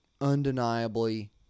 undeniably